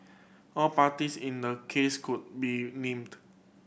all parties in the case could be named